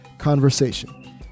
conversation